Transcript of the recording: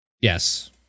Yes